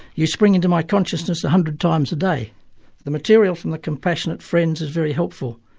you spring into my consciousness a hundred times a day the material from the compassionate friends is very helpful,